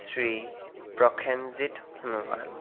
Shri Prasenjit Sonowal